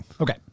Okay